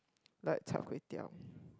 like char kway teow